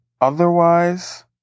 otherwise